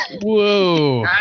Whoa